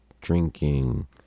drinking